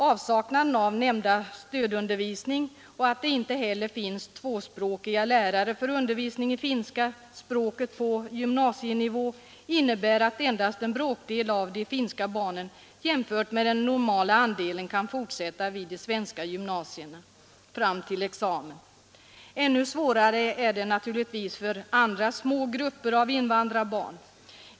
Avsaknaden av nämnda stödundervisning och den omständigheten att det inte heller finns tvåspråkiga lärare för undervisning i finska språket på gymnasienivå innebär att endast en bråkdel av de finska barnen — jämfört med den normala andelen — kan fortsätta vid de svenska gymnasierna fram till examen. Ännu svårare är det naturligtvis för andra mindre grupper av invandrarbarn.